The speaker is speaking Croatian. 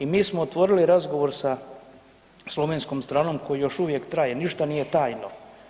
I mi smo otvorili razgovor sa slovenskom stranom koji još uvijek traje, ništa nije tajno.